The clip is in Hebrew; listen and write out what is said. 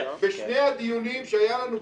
ההצעה התקבלה.